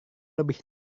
lebih